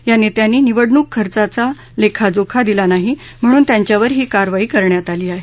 या नेत्यांनी निवडणूक खर्चांचा लेखाजोखा दिला नाही म्हणून त्यांच्यावर ही कारवाई करण्यात आली आहे